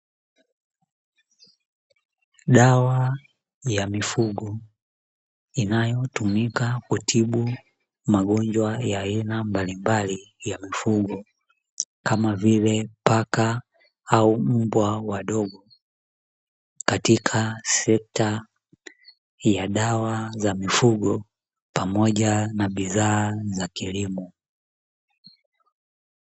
Dawa ya mifugo, inayotumika kutibu magonjwa ya aina mbalimbali ya mifugo, kama vile; paka au mbwa wadogo, katika sekta ya dawa za mifugo pamoja na bidhaa za kilimo.